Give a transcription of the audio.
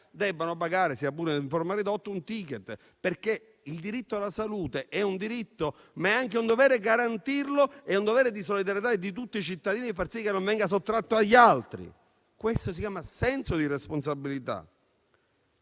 debbano pagare, sia pure in forma ridotta, un *ticket*. Questo perché quello alla salute è un diritto, ma è anche un dovere garantirlo ed è un dovere di solidarietà di tutti i cittadini far sì che non venga sottratto agli altri. Questo si chiama senso di responsabilità.